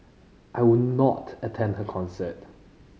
I would not attend her concert